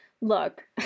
Look